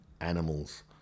animals